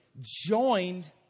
joined